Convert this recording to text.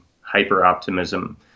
hyper-optimism